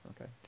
Okay